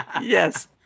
Yes